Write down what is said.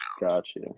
gotcha